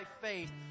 faith